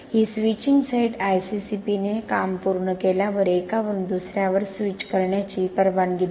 ही switching side ICCP ने काम पूर्ण केल्यावर एका वरून दुसर्यावर स्विच करण्याची परवानगी देते